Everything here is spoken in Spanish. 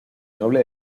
noble